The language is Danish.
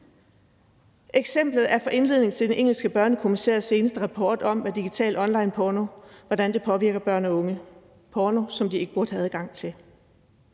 Eksemplet er fra indledningen til den engelske børnekommissærs seneste rapport om, hvordan digital onlineporno påvirker børn og unge. Det er porno, som de ikke burde have adgang til.